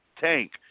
tank